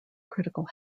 critical